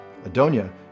Adonia